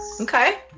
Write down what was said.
Okay